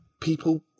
people